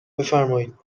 بفرمایید